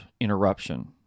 interruption